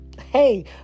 Hey